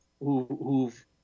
who've